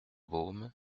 baume